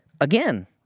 again